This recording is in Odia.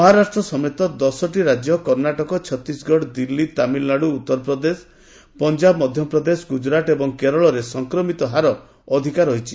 ମହାରାଷ୍ଟ ସମେତ ଦଶଟି ରାଜ୍ୟ କର୍ଷ୍ଣାଟକ ଛତିଶଗଡ଼ ଦିଲ୍ଲୀ ତାମିଲନାଡୁ ଉତ୍ତରପ୍ରଦେଶ ପଞ୍ଜାବ ମଧ୍ୟପ୍ରଦେଶ ଗୁଜରାଟ ଏବଂ କେରଳରେ ସଂକ୍ରମଣର ହାର ଅଧିକ ରହିଛି